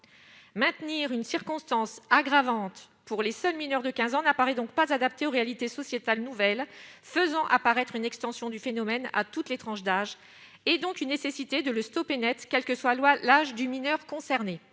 maintenir une circonstance aggravante pour les seuls mineurs de 15 ans n'apparaît donc pas adaptées aux réalités sociétales nouvelle faisant apparaître une extension du phénomène à toutes les tranches d'âge et donc une nécessité de le stopper Net, quel que soit loi l'âge du mineur concerné,